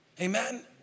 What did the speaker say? Amen